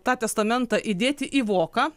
tą testamentą įdėti į voką